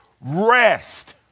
Rest